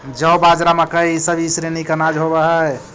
जौ, बाजरा, मकई इसब ई श्रेणी के अनाज होब हई